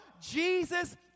Jesus